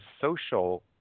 social